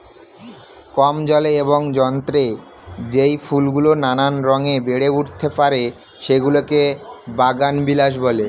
কম জলে এবং যত্নে যেই ফুলগুলো নানা রঙে বেড়ে উঠতে পারে, সেগুলোকে বাগানবিলাস বলে